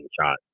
shot